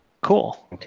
Cool